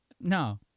No